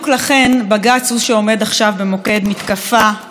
בג"ץ הוא שעומד עכשיו במוקד מתקפה קיצונית,